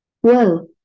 Whoa